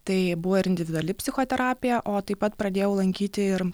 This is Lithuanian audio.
tai buvo ir individuali psichoterapija o taip pat pradėjau lankyti ir